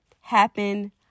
happen